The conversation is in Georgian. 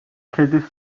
ქედის